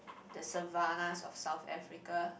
the Savannah of South Africa